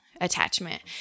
attachment